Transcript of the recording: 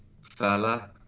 fella